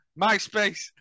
Myspace